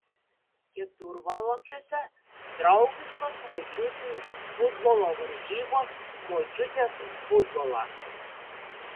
keturvalakiuose draugiškos močiučių futbolo varžybos močiutės už futbolą